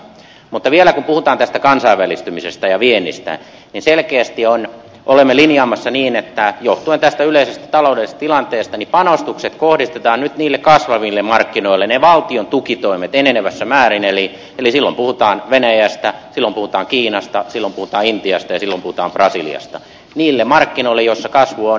mutta vielä kun puhutaan tästä kansainvälistymisestä ja viennistä niin selkeästi olemme linjaamassa niin johtuen tästä yleisestä taloudellisesta tilanteesta että panostukset kohdistetaan nyt kasvaville markkinoille ne valtion tukitoimet enenevässä määrin eli silloin puhutaan venäjästä silloin puhutaan kiinasta silloin puhutaan intiasta ja silloin puhutaan brasiliasta niille markkinoille joilla kasvua on